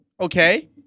Okay